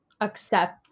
accept